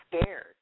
scared